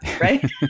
right